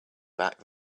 back